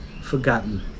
forgotten